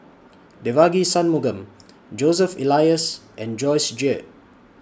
Devagi Sanmugam Joseph Elias and Joyce Jue